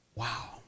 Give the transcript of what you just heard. wow